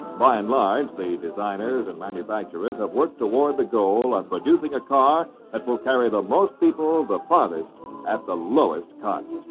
by and large, the designers and manufacturers have worked toward the goal of producing a car that will carry the most people the but farthest at the lowest cost.